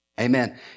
Amen